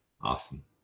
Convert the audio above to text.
Awesome